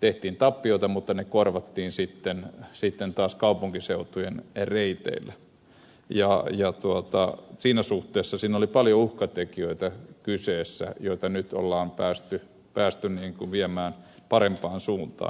tehtiin tappiota mutta ne korvattiin sitten taas kaupunkiseutujen reiteillä ja siinä suhteessa siinä oli paljon uhkatekijöitä joita nyt on päästy viemään parempaan suuntaan